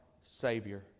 Savior